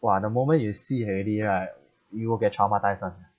!wah! the moment you see already right you will get traumatised [one]